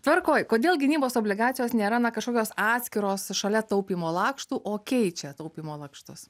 tvarkoj kodėl gynybos obligacijos nėra na kažkokios atskiros šalia taupymo lakštų o keičia taupymo lakštus